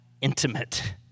intimate